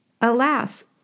Alas